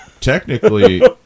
Technically